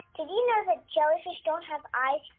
did you know that jellyfish don't have eyes,